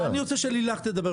אני רוצה שלילך תדבר.